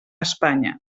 espanya